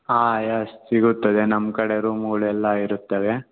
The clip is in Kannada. ಹಾಂ ಯಸ್ ಸಿಗುತ್ತದೆ ನಮ್ಮ ಕಡೆ ರೂಮುಗಳೆಲ್ಲಇರುತ್ತವೆ